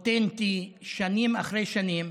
אותנטי, שנים אחרי שנים.